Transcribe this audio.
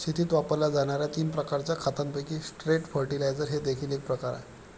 शेतीत वापरल्या जाणार्या तीन प्रकारच्या खतांपैकी स्ट्रेट फर्टिलाइजर हे देखील एक प्रकार आहे